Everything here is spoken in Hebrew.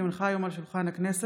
כי הונחה היום על שולחן הכנסת,